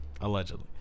Allegedly